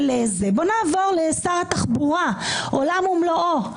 בואו נעבור לשר התחבורה, עולם ומלואו.